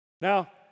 Now